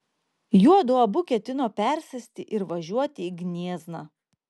juodu abu ketino persėsti ir važiuoti į gniezną